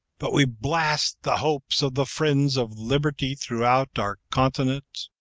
but we blast the hopes of the friends of liberty throughout our continent,